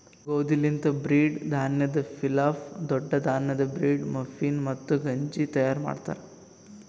ಗೋದಿ ಲಿಂತ್ ಬ್ರೀಡ್, ಧಾನ್ಯದ್ ಪಿಲಾಫ್, ದೊಡ್ಡ ಧಾನ್ಯದ್ ಬ್ರೀಡ್, ಮಫಿನ್, ಮತ್ತ ಗಂಜಿ ತೈಯಾರ್ ಮಾಡ್ತಾರ್